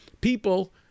people